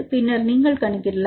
பின்னர் நீங்கள் கணக்கிடலாம்